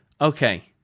Okay